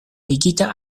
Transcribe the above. ligita